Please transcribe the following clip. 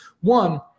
one